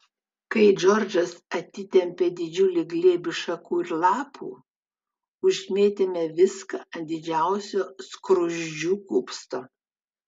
kai džordžas atitempė didžiulį glėbį šakų ir lapų užmėtėme viską ant didžiausio skruzdžių kupsto